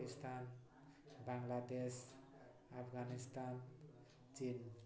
Pakistan Bangladesh Afghanistan Chin